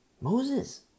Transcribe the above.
moses